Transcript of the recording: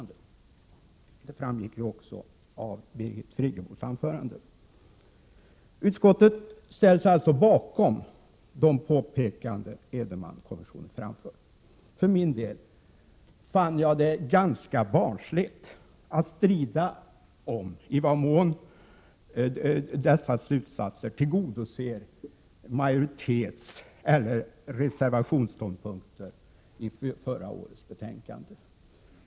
Det framgick också av Birgit Friggebos anförande. Utskottet ställer sig alltså bakom de påpekanden Edenmankommissionen gjort. För min del fann jag det ganska barnsligt att strida om i vad mån dessa slutsatser tillgodoser majoritetseller reservationsståndpunkter i förra årets betänkande.